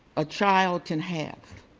a child can have